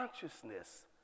consciousness